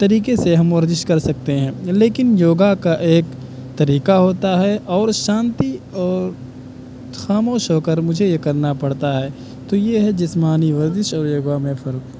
طریقے سے ہم ورزش کر سکتے ہیں لیکن یوگا ایک طریقہ ہوتا ہے اور شانتی اور خاموش ہو کر مجھے یہ کرنا پڑتا ہے تو یہ ہے جسمانی ورزش اور یوگا میں فرق